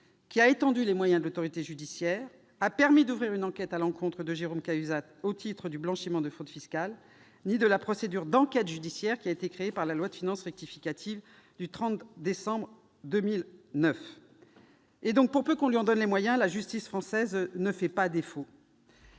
qui a étendu les moyens de l'autorité judiciaire et a permis l'ouverture d'une enquête à l'encontre de Jérôme Cahuzac au titre de blanchiment de fraude fiscale, ni de la procédure d'enquête judiciaire créée par la loi du 30 décembre 2009 de finances rectificative. Pour peu qu'on lui en donne les moyens, la justice française ne fait pas défaut